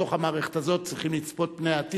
בתוך המערכת הזאת צריכים לצפות פני עתיד